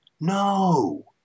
no